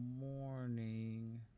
morning